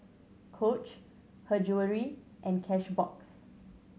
Coach Her Jewellery and Cashbox